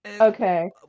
Okay